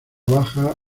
baja